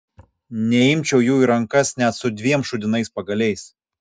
neimčiau jų į rankas net su dviem šūdinais pagaliais